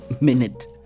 minute